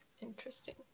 Interesting